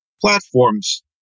platforms